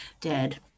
dead